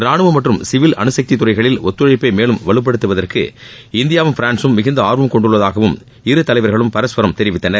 ரானுவ மற்றும் சிவில் அனுசக்தி துறைகளில் ஒத்துழைப்பை மேலும் வலுப்படுத்துவதற்கு இந்தியாவும் பிரான்ஸும் மிகுந்த ஆர்வம் கொண்டுள்ளதாகவும் இரு தலைவர்களும் பரஸ்பரம் தெரிவித்தனர்